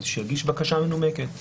שיגיש בקשה מנומקת.